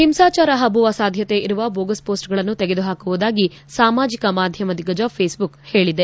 ಹಿಂಸಾಚಾರ ಹಬ್ಬುವ ಸಾಧ್ಯತೆ ಇರುವ ಬೋಗಸ್ ಮೋಸ್ಟ್ಗಳನ್ನು ತೆಗೆದು ಹಾಕುವುದಾಗಿ ಸಾಮಾಜಿಕ ಮಾಧ್ಯಮ ದಿಗ್ಗಜ ಫೇಸ್ಬುಕ್ ಹೇಳಿದೆ